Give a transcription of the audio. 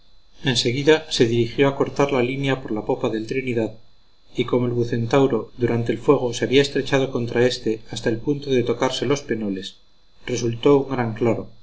seguida se dirigió a cortar la línea por la popa del trinidad y como el bucentauro durante el fuego se había estrechado contra este hasta el punto de tocarse los penoles resultó un gran claro